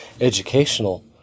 educational